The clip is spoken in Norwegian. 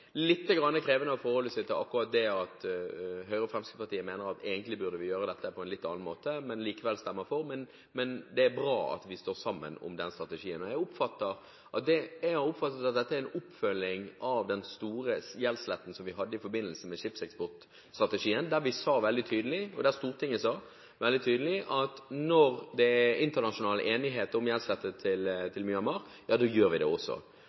er litt krevende å forholde seg til at Høyre og Fremskrittspartiet mener at vi egentlig burde gjøre dette på en litt annen måte, men likevel stemmer for, men det er bra at vi står sammen om strategien. Jeg oppfatter dette som en oppfølging av den store gjeldssletten, som vi hadde i forbindelse med skipseksportstrategien, der vi og Stortinget sa veldig tydelig at når det er internasjonal enighet om gjeldsslette til Myanmar, er vi også med på det.